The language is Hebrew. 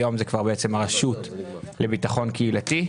היום זאת הרשות לביטחון קהילתי.